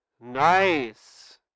Nice